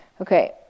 Okay